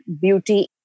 beauty